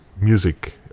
music